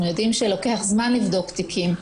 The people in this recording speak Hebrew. אנחנו יודעים שלוקח זמן לבדוק תיקים.